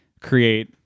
create